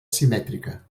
simètrica